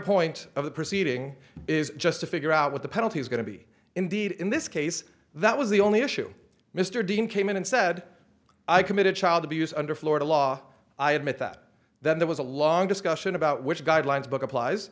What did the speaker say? point of the proceeding is just to figure out what the penalty is going to be indeed in this case that was the only issue mr dean came in and said i committed child abuse under florida law i admit that then there was a long discussion about which guidelines book applies